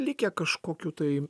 likę kažkokių tai